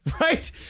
Right